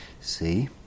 see